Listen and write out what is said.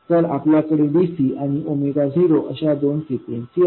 तर आपल्याकडे dc आणि 0अशा दोन फ्रिक्वेन्सी आहेत